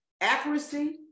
accuracy